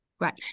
right